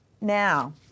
Now